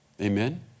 Amen